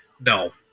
No